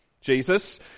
Jesus